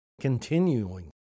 continuing